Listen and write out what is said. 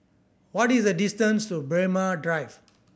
what is the distance to Braemar Drive